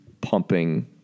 pumping